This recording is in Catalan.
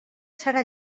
serà